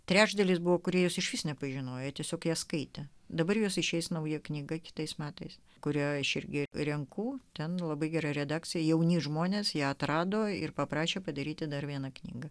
trečdalis buvo kūrėjus išvis nepažinojo tiesiog jie skaitė dabar jos išeis nauja knyga kitais metais kurioje aš irgi renku ten labai gera redakcija jauni žmonės ją atrado ir paprašė padaryti dar vieną knygą